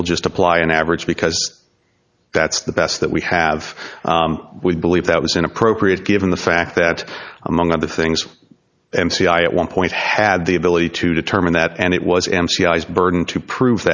will just apply an average because that's the best that we have we believe that was inappropriate given the fact that among other things m c i at one point had the ability to determine that and it was m c i is burden to